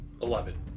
Eleven